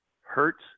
hurts